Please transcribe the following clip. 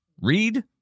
read